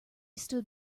stood